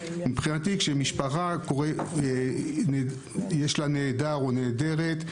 כשלמשפחה יש נעדר או נעדרת,